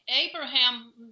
Abraham